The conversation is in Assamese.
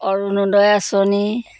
অৰুণোদয় আঁচনি